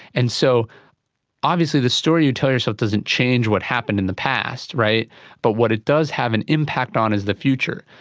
and so obviously the story you tell yourself doesn't change what happened in the past, but what it does have an impact on is the future.